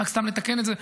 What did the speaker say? רק סתם לתקן את זה,